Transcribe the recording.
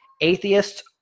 Atheists